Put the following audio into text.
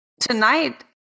Tonight